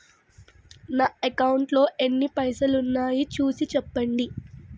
నా అకౌంట్లో ఎన్ని పైసలు ఉన్నాయి చూసి చెప్పండి?